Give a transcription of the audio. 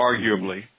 arguably